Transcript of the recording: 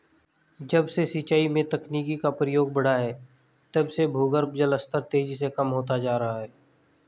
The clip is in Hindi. जब से सिंचाई में तकनीकी का प्रयोग बड़ा है तब से भूगर्भ जल स्तर तेजी से कम होता जा रहा है